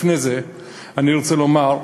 לפני זה אני רוצה לומר,